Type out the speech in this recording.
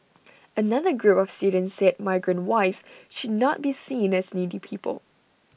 another group of students said migrant wives should not be seen as needy people